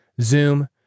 Zoom